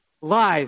lies